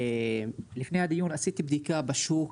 לפני הדיון עשיתי בדיקה בשוק,